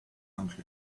uncle